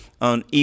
on